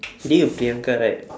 he doing with treeanca right